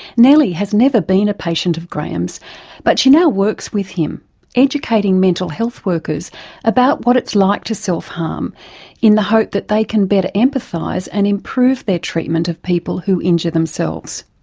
nellie has never been a patient of graham's but she now works with him educating mental health workers about what it's like to self harm in the hope that they can better empathise and improve their treatment of people who injure themselves.